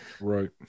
right